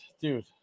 Dude